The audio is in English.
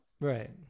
right